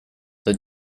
the